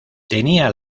tenía